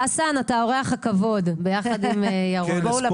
חסן, אתה אורח הכבוד יחד עם ירון.